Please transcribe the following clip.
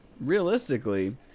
realistically